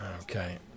okay